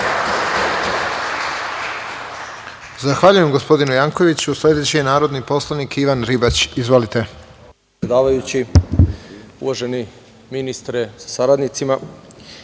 Zahvaljujem gospodinu Jevtoviću. Sledeći je narodni poslanik Ilija Životić. Izvolite.